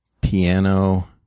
piano